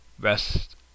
rest